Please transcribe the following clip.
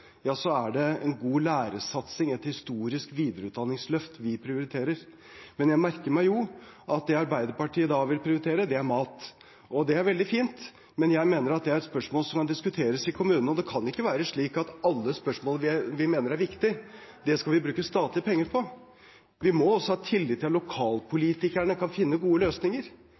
er det en god lærersatsing, et historisk videreutdanningsløft vi prioriterer. Men jeg merker meg at det Arbeiderpartiet vil prioritere, er mat. Det er veldig fint, men jeg mener at det er et spørsmål som kan diskuteres i kommunene. Og det kan ikke være slik at alt vi mener er viktig, skal vi bruke statlige penger på. Vi må også ha tillit til at lokalpolitikerne kan finne gode løsninger.